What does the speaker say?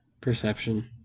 perception